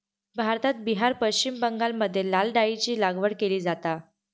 भारतात बिहार, पश्चिम बंगालमध्ये लाल डाळीची लागवड केली जाता